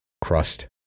crust